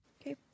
Okay